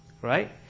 Right